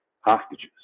hostages